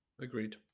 agreed